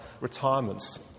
retirements